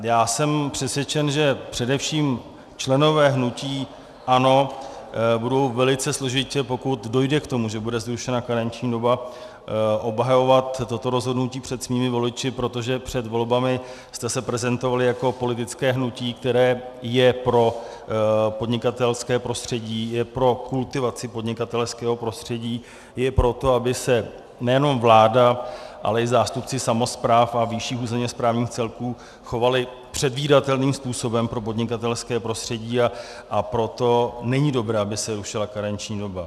Já jsem přesvědčen, že především členové hnutí ANO budou velice složitě, pokud dojde k tomu, že bude zrušena karenční doba, obhajovat toto rozhodnutí před svými voliči, protože před volbami jste se prezentovali jako politické hnutí, které je pro podnikatelské prostředí, je pro kultivaci podnikatelského prostředí, je pro to, aby se nejenom vláda, ale i zástupci samospráv a vyšších územně správních celků chovali předvídatelným způsobem pro podnikatelské prostředí, a proto není dobré, aby se rušila karenční doba.